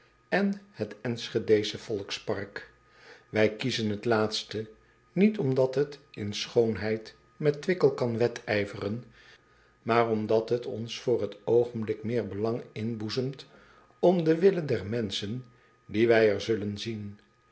en het nschedesche volkspark ij kiezen het laatste niet omdat het in schoonheid met wickel kan wedijveren maar omdat het ons voor t oogenblik meer belang inboezemt om de wille der menschen die wij er zullen zien